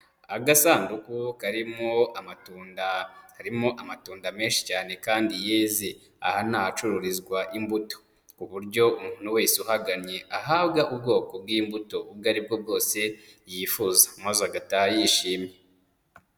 Agasanduku karimo amatunda, karimo amatunda menshi cyane kandi yeze. Aha ni ahacururizwa imbuto ku buryo umuntu wese uhahagamye ahabwa ubwoko bw'imbuto ubwo ari bwo bwose yifuza, maze agataha yishimye.